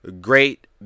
great